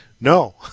No